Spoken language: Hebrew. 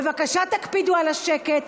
בבקשה תקפידו על השקט.